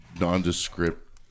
nondescript